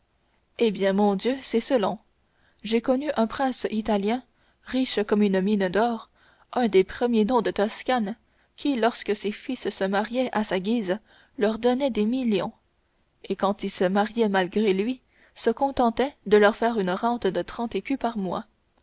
dots eh mon dieu c'est selon j'ai connu un prince italien riche comme une mine d'or un des premiers noms de toscane qui lorsque ses fils se mariaient à sa guise leur donnait des millions et quand ils se mariaient malgré lui se contentait de leur faire une rente de trente écus par mois